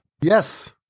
Yes